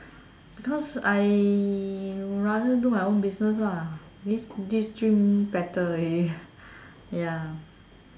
because I rather do my own business ah this this dream better already ya